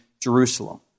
Jerusalem